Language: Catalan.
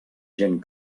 gent